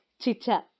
Chicha